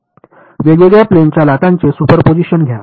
वेगवेगळ्या प्लेनच्या लाटांचे सुपरपोजीशन घ्या